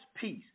peace